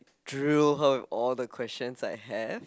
drill her with all the questions I have